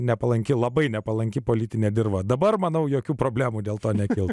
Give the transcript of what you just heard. nepalanki labai nepalanki politinė dirva dabar manau jokių problemų dėl to nekils